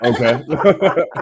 okay